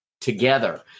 together